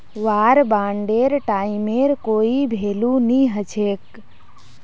वार बांडेर टाइमेर कोई भेलू नी हछेक